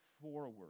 forward